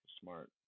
Smart